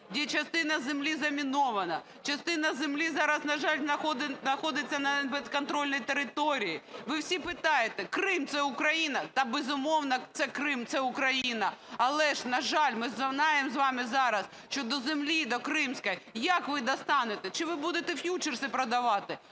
де частина землі замінована. Частина землі зараз, на жаль, знаходиться на непідконтрольній території. Ви всі питаєте: Крим – це Україна? Та, безумовно, Крим – Україна. Але ж, на жаль, ми знаємо з вами зараз, що до землі до кримської, як ви достанете? Чи ви будете ф'ючерси продавати?